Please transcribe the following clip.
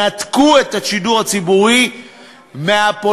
נתקו את השידור הציבורי מהפוליטיזציה,